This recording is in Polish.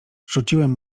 rzuciłem